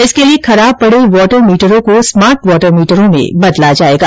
इसके लिए खराब पड़े वाटर मीटरों को स्मार्ट वाटर मीटरों से बदला जाएगा